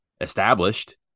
established